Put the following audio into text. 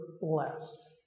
blessed